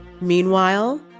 Meanwhile